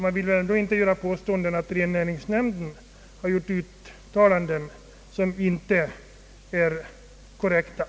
Man vill väl inte påstå att rennäringsnämnden har gjort uttalanden som inte är korrekta?